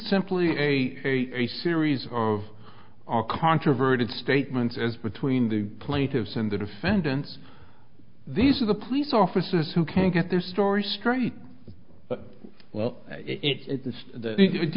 simply a series of our controverted statements as between the plaintiffs and the defendants these are the police officers who can't get their story straight well